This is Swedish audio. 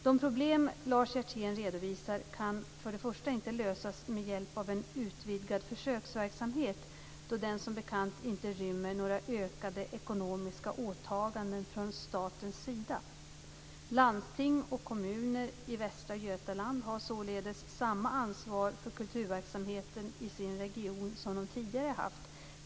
De problem Lars Hjertén redovisar kan för det första inte lösas med hjälp av en utvidgad försöksverksamhet då den som bekant inte rymmer några ökade ekonomiska åtaganden från statens sida. Landsting och kommuner i Västra Götaland har således samma ansvar för kulturverksamheten i sin region som de tidigare haft.